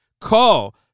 Call